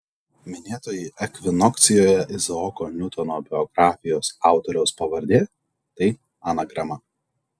minėtoji ekvinokcijoje izaoko niutono biografijos autoriaus pavardė tai anagrama